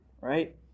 right